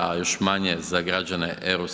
a još manje za građane EU.